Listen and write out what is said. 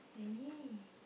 really